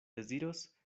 deziros